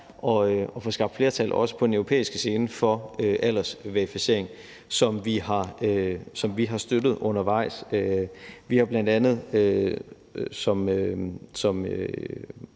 at få skabt flertal, også på den europæiske scene, for aldersverificering, som vi har støttet undervejs. Vi har bl.a. – jeg